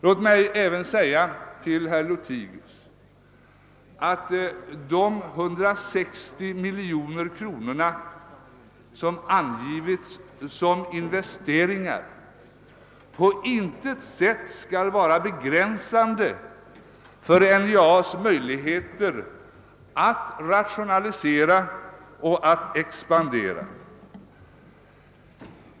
Låt mig här säga till herr Lothigius, att de investeringar om 160 miljoner kronor som angivits på intet sätt skall vara begränsande för NJA:s förutsättningar att rationalisera och expandera.